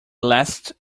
last